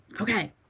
Okay